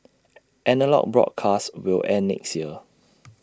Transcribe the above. analogue broadcasts will end next year